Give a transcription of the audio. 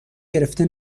گرفته